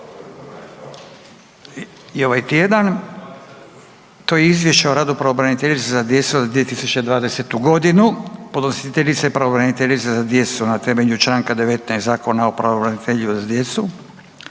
i ovaj tjedan, to je: - Izvješće o radu pravobraniteljice za djecu za 2020.g. Podnositeljica je pravobraniteljica za djecu na temelju čl. 19. Zakona o pravobranitelju za djecu.